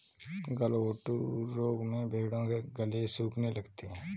गलघोंटू रोग में भेंड़ों के गले सूखने लगते हैं